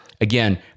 Again